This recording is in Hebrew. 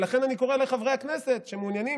ולכן אני קורא לחברי הכנסת שמעוניינים